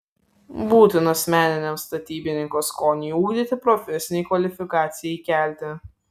būtinos meniniam statybininko skoniui ugdyti profesinei kvalifikacijai kelti